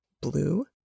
blue